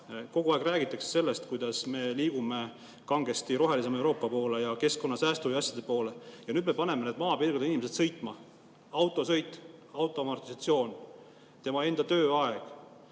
Kogu aeg räägitakse, kuidas me liigume kangesti rohelisema Euroopa poole ja keskkonnasäästu ja asjade poole, ja nüüd me paneme need maapiirkonna inimesed sõitma. Autosõit, auto amortisatsioon, tema enda tööaeg,